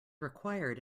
required